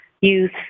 youth